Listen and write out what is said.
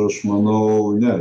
aš išmanau ne